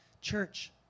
church